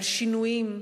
על שינויים,